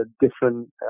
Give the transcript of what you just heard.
different